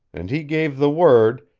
and he gave the word,